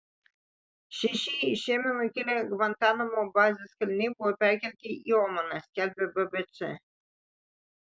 šeši iš jemeno kilę gvantanamo bazės kaliniai buvo perkelti į omaną skelbia bbc